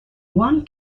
one